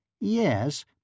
Yes